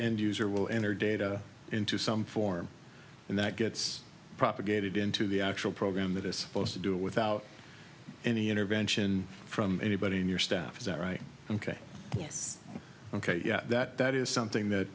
end user will enter data into some form and that gets propagated into the actual program that is supposed to do it without any intervention from anybody on your staff is that right ok yes ok that is something that